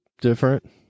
different